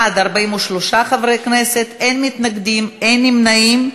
בעד, 43 חברי כנסת, אין מתנגדים, אין נמנעים.